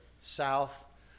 south